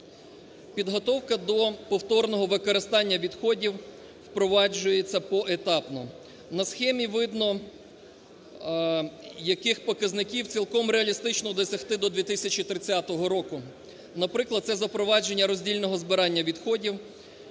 Підготовка до повторного використання відходів впроваджується поетапно. На схемі видно, яких показників цілком реалістично досягти до 2030 року. Наприклад, це запровадження роздільного збирання відходів,